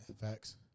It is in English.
Facts